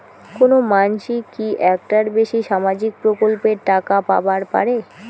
কোনো মানসি কি একটার বেশি সামাজিক প্রকল্পের টাকা পাবার পারে?